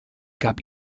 gab